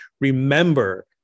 remember